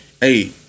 hey